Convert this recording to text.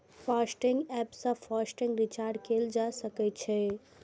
FASTag app सं FASTag recharge कैल जा सकै छै